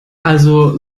also